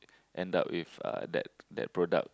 end up with uh that that product